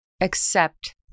accept